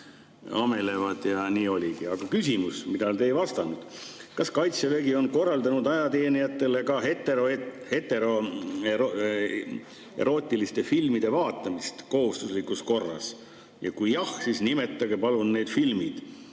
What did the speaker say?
amelevad. Ja nii oligi. Aga küsimus, millele te ei vastanud: kas Kaitsevägi on korraldanud ajateenijatele ka heteroerootiliste filmide vaatamist kohustuslikus korras ja kui jah, siis nimetage palun need filmid